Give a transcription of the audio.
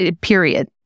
period